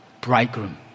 bridegroom